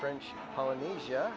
french polynesia